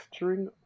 texturing